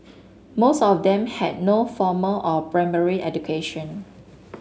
most of them had no formal or primary education